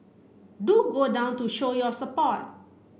do go down to show your support